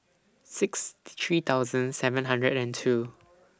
sixty three thousand seven hundred and two